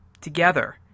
together